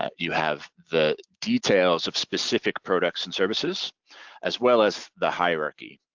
ah you have the details of specific products and services as well as the hierarchy.